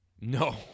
No